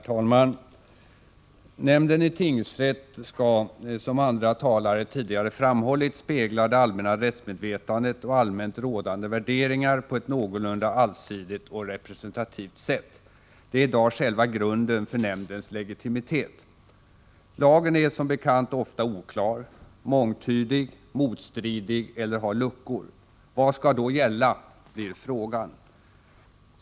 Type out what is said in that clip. Herr talman! Nämnden i tingsrätt skall, som andra talare tidigare framhållit, spegla det allmänna rättsmedvetandet och allmänt rådande värderingar på ett någorlunda allsidigt och representativt sätt — det är i dag själva grunden för nämndens legitimitet. Lagen är, som bekant, ofta oklar, mångtydig och motstridig eller har luckor. Vad skall då gälla? blir frågan.